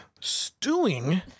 stewing